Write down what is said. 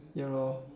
ya lor